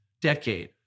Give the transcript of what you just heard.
decade